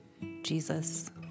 Jesus